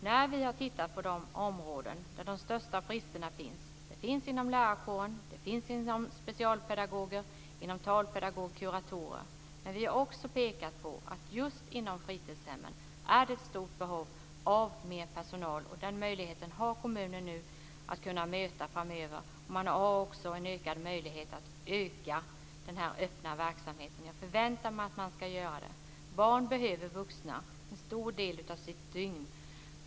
När vi har tittat närmare på de områden där de största bristerna finns, inom lärarkåren, bland specialpedagoger, talpedagoger och kuratorer, har vi också pekat på att det just inom fritidshemmen finns ett stort behov av mer personal. Det behovet har kommunerna nu möjlighet att möta framöver. Man har också en större möjlighet att öka den öppna verksamheten. Jag förväntar mig att man ska göra det. Barn behöver vuxna en stor del av sitt dygn.